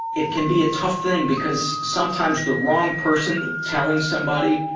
it can be a tough thing, because sometimes the wrong person telling somebody,